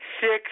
six